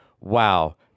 Wow